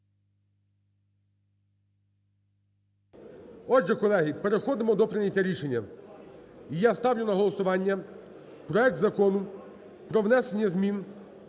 Отже, колеги, переходимо до прийняття рішення. І я ставлю на голосування проект Закону про внесення змін